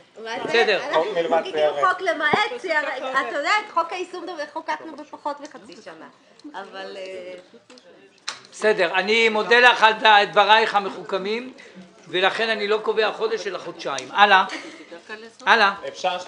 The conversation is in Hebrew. אנחנו חוקקנו חוק למעט CRS. את חוק --- חוקקנו בפחות מחצי שנה.